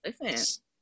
listen